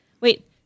Wait